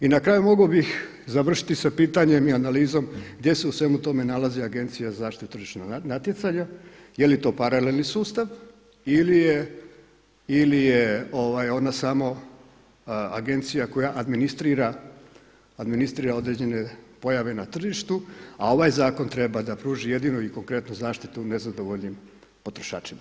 I na kraju mogao bih završiti sa pitanjem i analizom gdje se u svemu tome nalazi Agencija za zaštitu tržišnog natjecanja, je li to paralelni sustav ili je ona samo agencija koja administrira određene pojave na tržištu, a ovaj zakon treba da pruži jedinu i konkretnu zaštitu nezadovoljnim potrošačima.